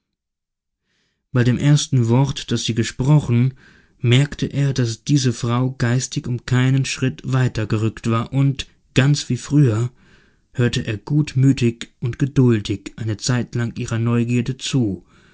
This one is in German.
bei dem ersten wort das sie gesprochen merkte er daß diese frau geistig um keinen schritt weitergerückt war und ganz wie früher hörte er gutmütig und geduldig eine zeit lang ihrer neugierde zu